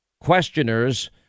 questioners